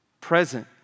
Present